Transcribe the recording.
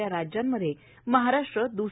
या राज्यांमध्ये महाराष्ट्र द्स